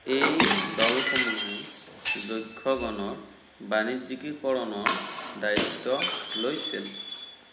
এই দলসমূহে যক্ষগণৰ বাণিজ্যিকীকৰণৰ দায়িত্ব লৈছিল